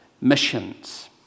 missions